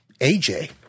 AJ